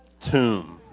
Tomb